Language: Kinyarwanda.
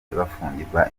bafungirwa